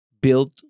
built